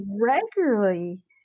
regularly